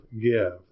give